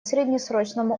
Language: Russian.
среднесрочному